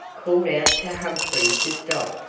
called out to humphrey to stop,